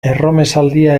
erromesaldia